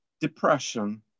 depression